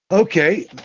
Okay